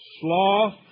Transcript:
Sloth